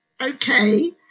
okay